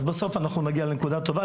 אז בסוף אנחנו נגיע לנקודה טובה.